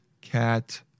cat